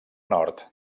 nord